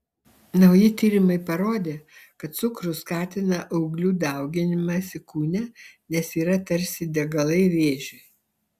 nauji tyrimai parodė kad cukrus skatina auglių dauginimąsi kūne nes yra tarsi degalai vėžiui